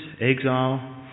exile